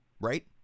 right